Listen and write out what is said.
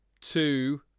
two